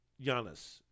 Giannis